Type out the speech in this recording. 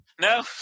No